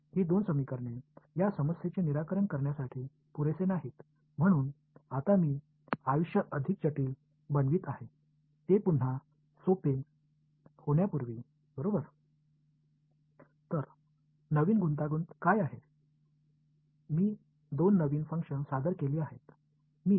இப்போது இந்த இரண்டு சமன்பாடுகளும் இந்த சிக்கலை தீர்க்க போதுமானதாக இல்லை எனவே இப்போது நான் மீண்டும் எளிமையானதை உருவாக்கும் முன் விஷயத்தை மிகவும் சிக்கலாக்கப் போகிறேன்